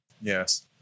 Yes